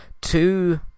two